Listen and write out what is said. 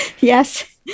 yes